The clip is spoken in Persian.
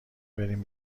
بریم